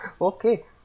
Okay